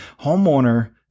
homeowner